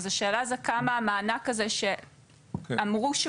אז השאלה היא כמה המענק הזה שאמרו שהוא